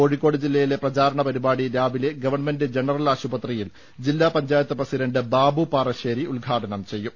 കോഴിക്കോട് ജില്ലയിലെ പ്രചാരണ പരിപാടി രാവിലെ ഗവൺമെന്റ് ജനറൽ ആശുപത്രിയിൽ ജില്ലാ പഞ്ചായത്ത് പ്രസിഡന്റ് ബാബു പറശ്ശേരി ഉദ്ഘാടനം ചെയ്യും